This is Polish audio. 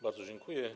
Bardzo dziękuję.